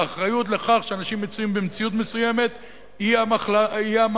האחריות לכך שאנשים מצויים במציאות מסוימת היא על הממלכה,